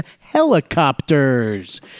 helicopters